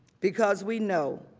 because we know,